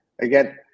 again